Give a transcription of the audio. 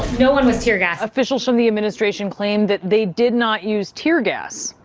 no one was tear-gassed. officials from the administration claimed that they did not use tear gas.